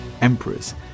Emperors